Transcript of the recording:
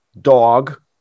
dog